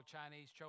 Chinese